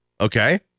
Okay